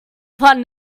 fun